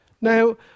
Now